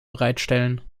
bereitstellen